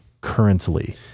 currently